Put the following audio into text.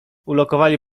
ulokowali